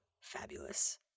fabulous